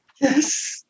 Yes